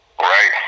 Right